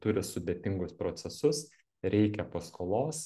turi sudėtingus procesus reikia paskolos